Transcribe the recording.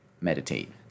Meditate